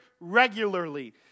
regularly